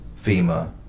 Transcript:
FEMA